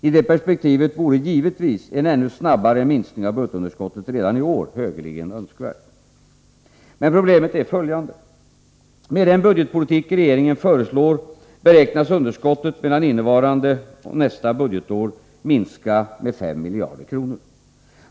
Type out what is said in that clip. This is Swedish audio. I detta perspektiv vore givetvis en ännu snabbare minskning av budgetunderskottet redan i år högeligen önskvärd. Men problemet är följande: Med den budgetpolitik regeringen föreslår beräknas underskottet mellan innevarande budgetår och nästa minska med 5 miljarder kronor.